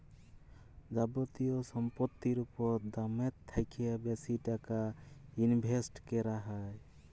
যাবতীয় সম্পত্তির উপর দামের থ্যাকে বেশি টাকা ইনভেস্ট ক্যরা হ্যয়